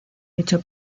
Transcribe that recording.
dicho